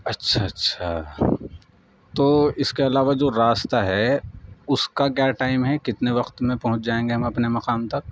اچھا اچھا تو اس کے علاوہ جو راستہ ہے اس کا کیا ٹائم ہیں کتنے وقت میں پہنچ جائیں گے ہم اپنے مقام تک